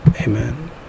Amen